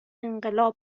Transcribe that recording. انقلاب